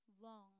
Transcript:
long